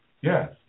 Yes